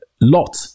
Lot